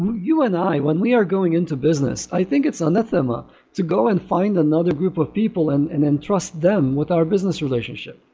you and i when we are going into business, i think it's anathema to go and find another group of people and and then trust them with our business relationship.